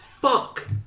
fuck